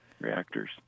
reactors